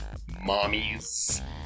mommies